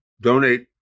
donate